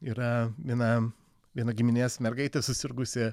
yra viena viena giminės mergaitė susirgusi